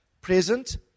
present